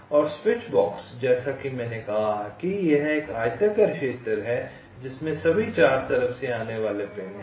और switch box जैसा कि मैंने कहा कि यह एक आयताकार क्षेत्र है जिसमें सभी 4 तरफ से आने वाले पिन हैं